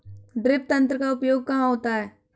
Drip तंत्र का उपयोग कहाँ होता है?